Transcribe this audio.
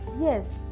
yes